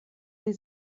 sie